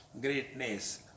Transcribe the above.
greatness